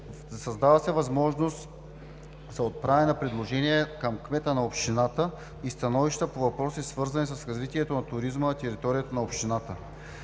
Създава се възможност за отправяне на предложения към кмета на общината и становища по въпроси, свързани с развитието на туризма на територията на общината.